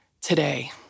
today